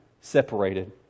separated